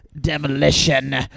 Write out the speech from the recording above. demolition